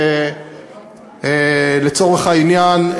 לצורך העניין,